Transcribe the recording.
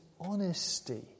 honesty